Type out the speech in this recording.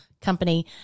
company